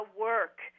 work